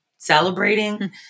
celebrating